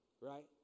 right